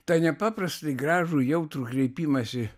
tą nepaprastai gražų jautrų kreipimąsi